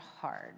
hard